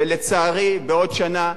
ולצערי, בעוד שנה,